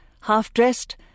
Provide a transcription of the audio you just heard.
half-dressed